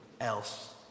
else